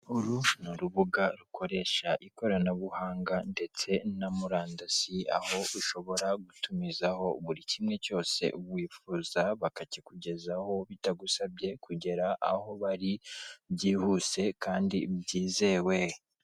Uru ni urubuga rukoresha ikoranabuhanga ndetse na murandasi, aho ushobora gutumizaho buri kimwe cyose wifuza bakakikugezaho, bitagusabye kugera aho bari, byihuse kandi byizewe.